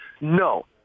No